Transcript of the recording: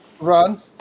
Run